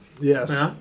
Yes